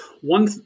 one